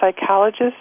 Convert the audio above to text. psychologist